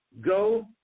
go